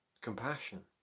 Compassion